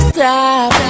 Stop